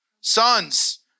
Sons